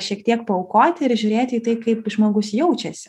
šiek tiek paaukoti ir žiūrėti į tai kaip žmogus jaučiasi